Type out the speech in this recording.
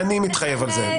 אני מתחייב על זה.